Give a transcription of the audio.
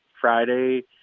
Friday